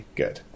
good